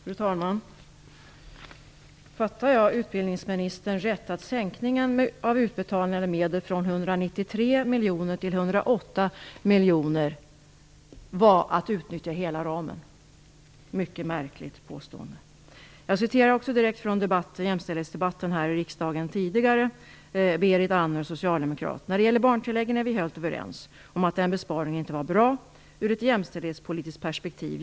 Fru talman! Fattar jag utbildningsministern rätt? Var sänkningen av utbetalda medel från 193 miljoner till 108 miljoner detsamma som att utnyttja hela ramen? Ett mycket märkligt påstående! Jag citerar Berit Andnor, Socialdemokraterna, från jämställdhetsdebatten tidigare här i riksdagen: "När det gäller barntilläggen är vi helt överens - om att den besparingen inte var bra ur ett jämställdhetspolitiskt perspektiv.